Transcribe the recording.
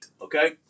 Okay